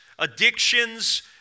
addictions